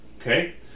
okay